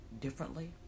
differently